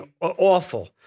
awful